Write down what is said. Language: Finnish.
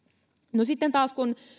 no sitten taas kun